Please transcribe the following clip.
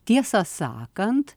tiesą sakant